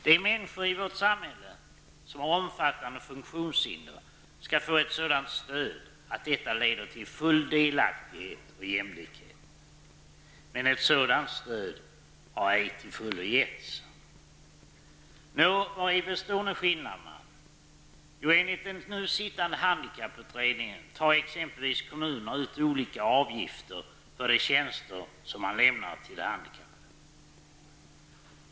De människor i vårt samhälle som har omfattande funktionshinder skall få ett sådant stöd att detta leder till att full delaktighet och jämlikhet uppnås. Men ett sådant stöd har ej till fullo getts. Nå, vari består nu skillnaderna? Jo, enligt den nu sittande handikapputredningen tar exempelvis kommunerna ut olika avgifter för de tjänster som de lämnar till de handikappade.